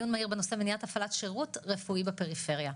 בדיון מהיר בנושא מניעת הפעלת שירות רפואי בפריפריה.